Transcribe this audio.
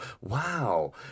Wow